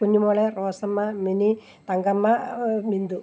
Kunjumol Rosamma Mini Thankamma Bindu